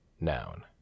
Noun